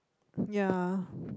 ya